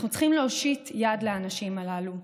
אנחנו צריכים להושיט יד לאנשים הללו.